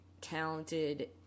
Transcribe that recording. talented